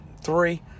three